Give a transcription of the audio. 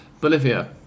Bolivia